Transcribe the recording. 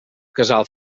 casal